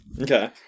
Okay